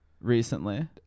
recently